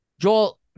Joel